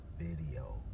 video